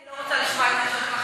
אני לא רוצה לשמוע את התשובה,